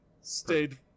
stayed